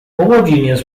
homogeneous